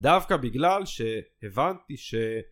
דווקא בגלל שהבנתי ש...